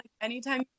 anytime